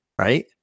right